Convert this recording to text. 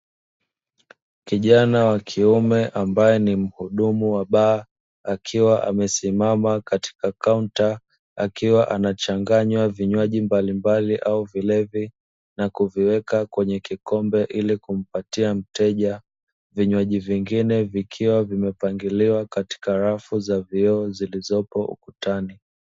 Kijana wa kiume ambaye ni mhudumu wa baa, akiwa amesimama katika kaunta, akiwa anachanganya vinywaji mbalimbali au vilevi na kuviweka kwenye kikombe hili kumpatia mteja; vinywaji vingine vikiwa vimepangiliwa katika rafu za vioo zilizopo ukutani.